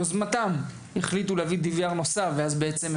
שמיוזמתן החליטו להביא DVR נוסף ואז הם